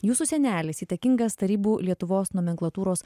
jūsų senelis įtakingas tarybų lietuvos nomenklatūros